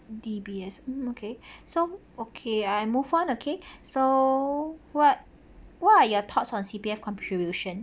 D_B_S mm okay so okay I move on okay so what what are your thoughts on C_P_F contribution